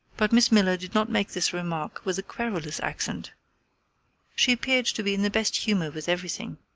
but miss miller did not make this remark with querulous accent she appeared to be in the best humor with everything.